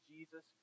Jesus